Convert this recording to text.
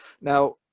now